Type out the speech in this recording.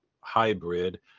hybrid